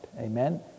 Amen